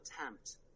attempt